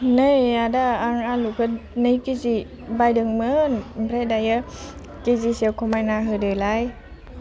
नै आदा आं आलुखौ नै केजि बायदोंमोन ओमफ्राय दायो केजिसे खमायना होदोलाय